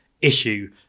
issue